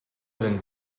than